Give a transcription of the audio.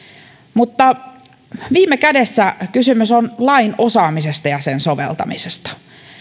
mutta viime kädessä kysymys on lain osaamisesta ja sen soveltamisesta